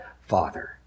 father